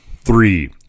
Three